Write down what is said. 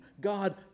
God